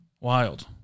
Wild